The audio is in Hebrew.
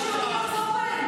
זה לא טוב.